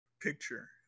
picture